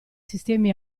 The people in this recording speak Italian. sistemi